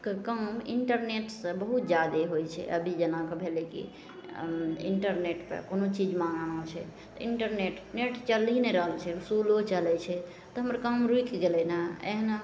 के काम इन्टरनेटसे बहुत जादे होइ छै अभी जेनाकि भेलै कि अँ इन्टरनेटसे कोनो चीज मँगाना छै तऽ इन्टरनेट नेट चलिए नहि रहल छै स्लो चलै छै तऽ हमर काम रुकि गेलै ने एहिना